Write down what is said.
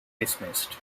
dismissed